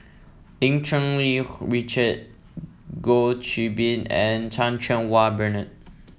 Lim Cherng Yih Richard Goh Qiu Bin and Chan Cheng Wah Bernard